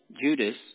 Judas